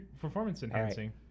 performance-enhancing